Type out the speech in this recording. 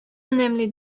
önemli